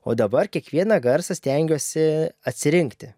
o dabar kiekvieną garsą stengiuosi atsirinkti